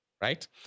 right